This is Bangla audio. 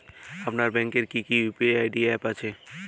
আপনার ব্যাংকের কি কি ইউ.পি.আই অ্যাপ আছে?